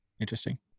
Interesting